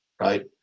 right